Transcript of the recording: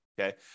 Okay